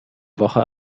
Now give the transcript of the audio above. woche